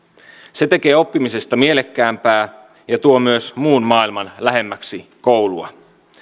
se tekee oppimisesta mielekkäämpää ja tuo myös muun maailman lähemmäksi koulua